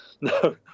no